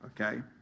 okay